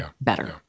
better